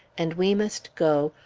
and we must go,